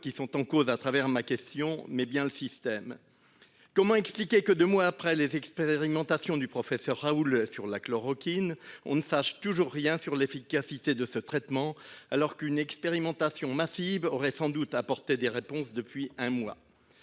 qui sont en cause au travers de ma question, mais le système. Comment expliquer que, deux mois après les expérimentations du professeur Raoult sur la chloroquine, on ne sache toujours rien sur l'efficacité de ce traitement, alors qu'une expérimentation massive aurait sans doute apporté des réponses depuis un mois ?